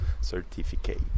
certificate